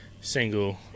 single